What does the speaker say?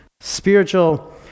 spiritual